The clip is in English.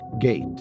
Gate